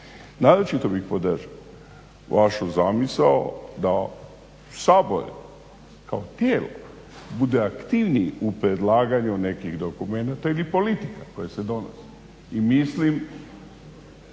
Naročito bih podržao vašu zamisao da Sabor kao tijelo bude aktivniji u predlaganju nekih dokumenata ili politika koje se donose.